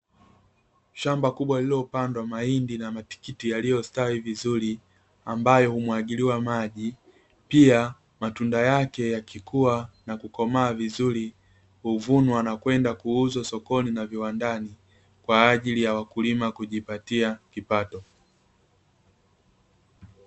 Shamba kubwa lililopandwa mahindi na matikiti yaliyostawi vizuri ambayo humwagiliwa maji. Pia matunda yake yakikua na kukomaa vizuri huvunwa na kwenda kuuzwa sokoni na viwandani, kwa ajili ya wakulima kujipatia kipato.